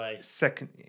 second